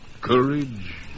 Courage